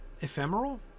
ephemeral